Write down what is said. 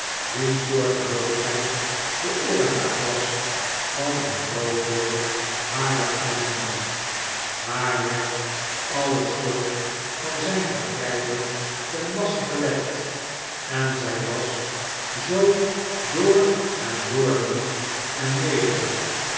wiens zorgeloosheid de oorzaak was van een groot deel harer ellende haar werd alle schuld van zijn vergrijpen ten laste gelegd en zij was zoo door en door lief en nederig